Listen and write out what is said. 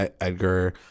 Edgar